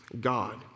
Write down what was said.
God